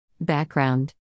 Background